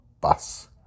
bus